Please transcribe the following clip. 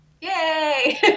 Yay